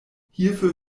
hierfür